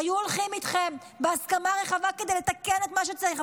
היו הולכים איתכם בהסכמה רחבה כדי לתקן את מה שצריך,